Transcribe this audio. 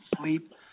sleep